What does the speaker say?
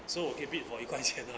so 我可 bid for 一块钱 ah